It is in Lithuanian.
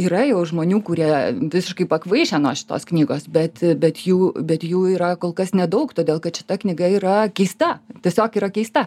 yra jau žmonių kurie visiškai pakvaišę nuo šitos knygos bet bet jų bet jų yra kol kas nedaug todėl kad šita knyga yra keista tiesiog yra keista